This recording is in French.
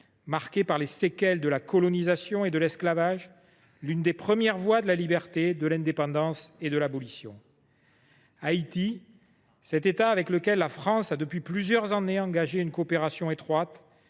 marqué par les séquelles de la colonisation et de l’esclavage, est l’une des premières voix de la liberté, de l’indépendance et de l’abolition. Haïti est un État avec lequel la France a depuis plusieurs années engagé une coopération étroite,